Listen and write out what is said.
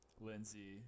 Lindsay